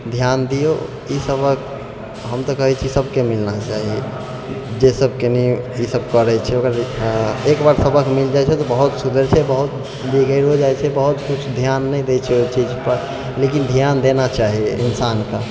धिआन दिऔ ई सबक हम तऽ कहै छी सबके मिलना चाही जे सब कनी ई सब करै छै ओकर एकबार सबक मिल जाइ छै तऽ बहुत सुधरि जाइ छै बहुत बिगैड़िओ जाइ छै बहुत धिआन नहि दै छै ओहि चीजपर लेकिन धिआन देना चाही इन्सानके